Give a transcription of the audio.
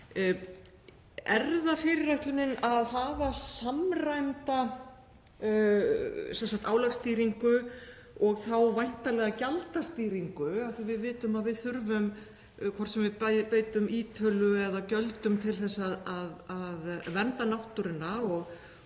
Er það fyrirætlunin að hafa samræmda álagsstýringu og þá væntanlega gjaldastýringu, af því að ef við vitum að við þurfum, hvort sem við beitum ítölu eða gjöldum, að vernda náttúruna